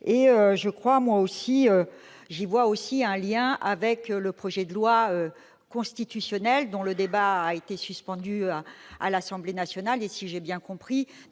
les fait vaciller. J'y vois aussi un lien avec le projet de loi constitutionnelle, dont le débat a été suspendu à l'Assemblée nationale. Si j'ai bien compris,